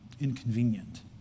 inconvenient